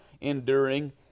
enduring